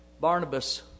Barnabas